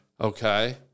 Okay